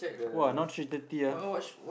!wah! now three thirty ah